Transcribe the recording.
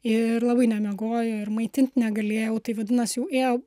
ir labai nemiegojo ir maitint negalėjau tai vadinas jau ėjo